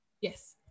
Yes